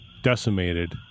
Decimated